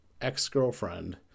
ex-girlfriend